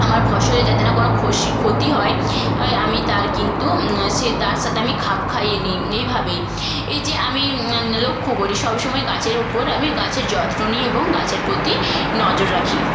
আমার ফসলে যাতে না কোনও ক্ষসি ক্ষতি হয় হয় আমি তার কিন্তু সে তার সাথে আমি খাপ খাইয়ে নিই এইভাবেই এই যে আমি লক্ষ্য করি সব সময় গাছের ওপর আমি গাছে যত্ন নিই এবং গাছের প্রতি নজর রাখি